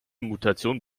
mutation